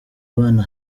bana